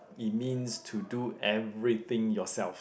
it means to do everything yourself